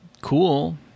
cool